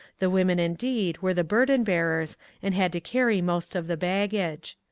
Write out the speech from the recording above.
the women, indeed, were the burden-bearers and had to carry most of the baggage.